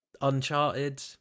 Uncharted